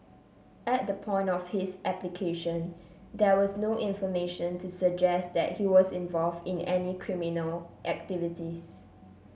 at the point of his application there was no information to suggest that he was involved in any criminal activities